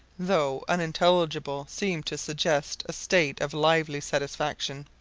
though unintelligible, seemed to suggest a state of lively satisfaction.